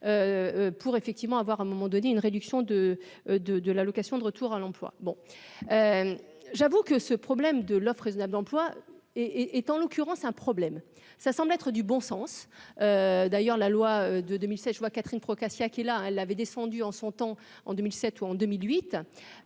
avoir un moment donné, une réduction de, de, de l'allocation de retour à l'emploi, bon, j'avoue que ce problème de l'offre raisonnable d'emploi et est en l'occurrence un problème, ça semble être du bon sens, d'ailleurs, la loi de 2007, je vois Catherine Procaccia, qui là, elle avait descendu en son temps, en 2007 ou en 2008,